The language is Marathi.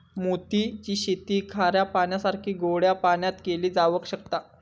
मोती ची शेती खाऱ्या पाण्यासारखीच गोड्या पाण्यातय केली जावक शकता